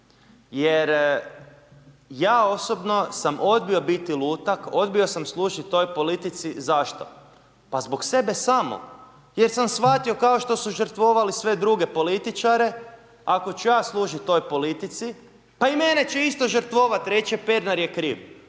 jer ja osobno sam odbio biti lutak, odbio sam služiti ovoj politici, zašto, pa zbog sebe samog jer sam shvatio kao što su žrtvovali sve druge političare ako ću ja služit ovoj politici, pa i mene će isto žrtvovat reć će Pernar je kriv.